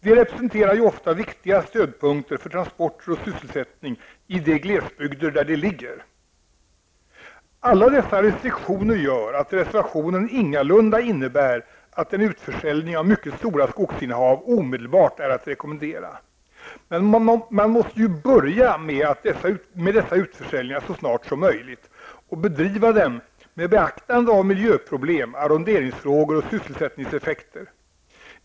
De representerar ju ofta viktiga stödpunkter för transporter och sysselsättning i de glesbygder där de ligger. Alla dessa restriktioner gör att reservationen ingalunda innebär att en utförsäljning av mycket stora skogsinnehav omedelbart är att rekommendera. Man måste ju börja med dessa utförsäljningar så snart som möjligt och bedriva dem med beaktande av miljöproblem, arronderingsfrågr och sysselsättningseffekter.